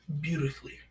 beautifully